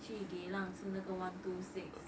去去 geylang 吃那个 one two six